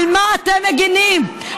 על מה אתם מגינים?